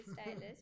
stylist